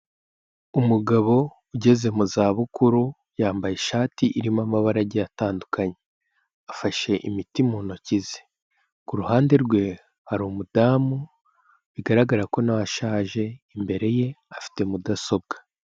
Umugabo ugeze mu za bukuru yambaye ishati irimo amabara agiye atandukanye. Afashe imiti mu ntoki ze. Ku ruhande rwe hari umudamu bigaragara ko na we ashaje. Imbere ye afite mudasobwa.